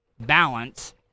balance